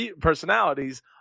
personalities